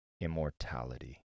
immortality